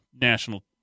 national